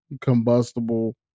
combustible